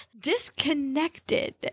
disconnected